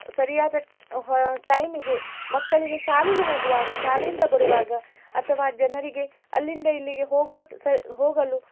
ಸರಿಯಾದ ಹೋ ಟೈಮಿಗೆ ಮಕ್ಕಳಿಗೆ ಶಾಲೆಗೆ ಹೋಗುವಾಗ ಶಾಲೆಯಿಂದ ಬರುವಾಗ ಅಥವಾ ಜನರಿಗೆ ಅಲ್ಲಿಂದ ಇಲ್ಲಿಗೆ ಹೋಗುವ ಹೋಗಲು